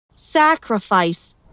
sacrifice